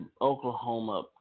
Oklahoma